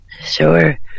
Sure